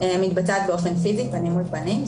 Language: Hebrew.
מתבצעת פיזית פנים אל פנים.